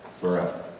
forever